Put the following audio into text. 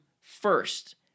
first